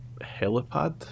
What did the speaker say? helipad